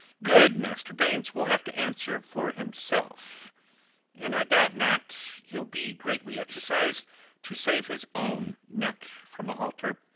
good master baynes will have to answer for himself and i doubt not he'll be greatly exercised to save his own neck from a halter.